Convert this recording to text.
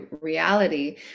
reality